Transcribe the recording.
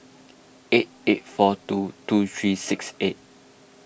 eight eight four two two three six eight